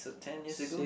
so ten years ago